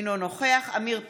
אינו נוכח עמיר פרץ,